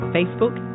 Facebook